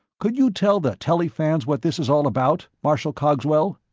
could you tell the telly fans what this is all about, marshal cogswell?